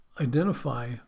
identify